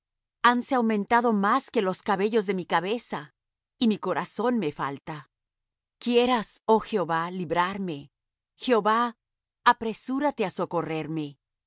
la vista hanse aumentado más que los cabellos de mi cabeza y mi corazón me falta quieras oh jehová librarme jehová apresúrate á socorrerme